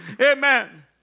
Amen